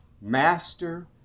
Master